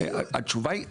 התשובה היא,